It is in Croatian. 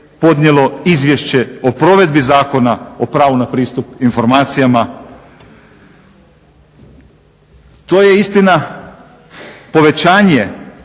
podnijelo izvješće o provedbi Zakona o pravu na pristup informacijama. To je istina povećanje